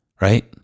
Right